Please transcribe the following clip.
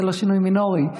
זה לא שינוי מינורי,